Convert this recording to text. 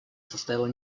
состояла